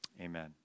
Amen